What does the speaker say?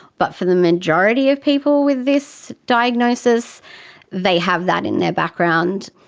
but for the majority of people with this diagnosis they have that in their background.